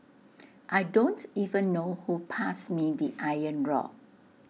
I don't even know who passed me the iron rod